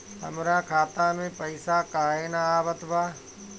हमरा खाता में पइसा काहे ना आवत बा?